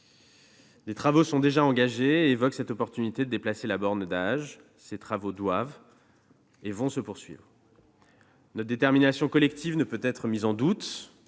Des travaux sont déjà engagés et évoquent la possibilité de déplacer la borne d'âge. Ils doivent- et vont -se poursuivre. Notre détermination collective ne peut pas être mise en doute.